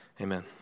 amen